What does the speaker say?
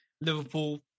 Liverpool